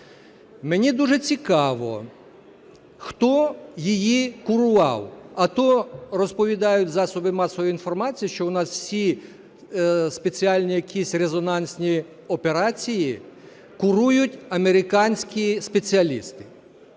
Мені дуже цікаво, хто її курував. А то розповідають засоби масової інформації, що у нас всі спеціальні якісь резонансні операції курують американські спеціалісти.